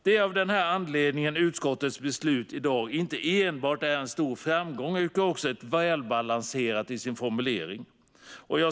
Det är av denna anledning som utskottets beslut inte enbart är en stor framgång, utan det är också välbalanserat i sin formulering.